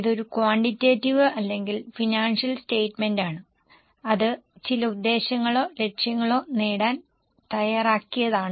ഇത് ഒരു ക്വാണ്ടിറ്റേറ്റീവ് അല്ലെങ്കിൽ ഫിനാൻഷ്യൽ സ്റ്റേറ്റ്മെന്റാണ് അത് ചില ഉദ്ദേശ്യങ്ങളോ ലക്ഷ്യങ്ങളോ നേടാൻ തയ്യാറാക്കിയതാണ്